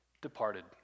departed